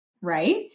right